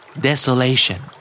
Desolation